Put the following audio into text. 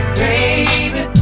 baby